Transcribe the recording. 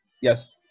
yes